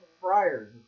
Friars